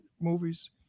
movies